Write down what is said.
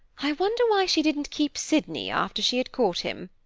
i wonder why she didn't keep sydney after she had caught him,